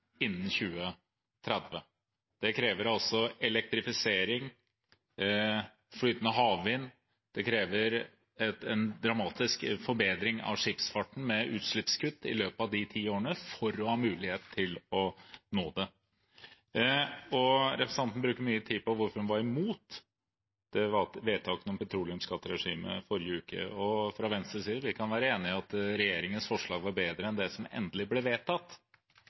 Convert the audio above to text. innen 2030. Det krever altså elektrifisering, flytende havvind, det krever en dramatisk forbedring av skipsfarten med utslippskutt i løpet av de ti årene for å ha mulighet til å nå det. Representanten Bastholm bruker mye tid på hvorfor hun var imot det vedtaket om petroleumsskatteregime forrige uke. Fra Venstres side kan vi være enig i at regjeringens forslag var bedre enn det som ble endelig vedtatt,